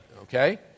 Okay